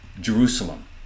Jerusalem